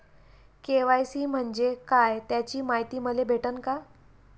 KYC म्हंजे काय त्याची मायती मले भेटन का?